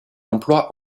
l’emploi